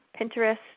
Pinterest